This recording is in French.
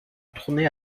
tournée